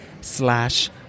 slash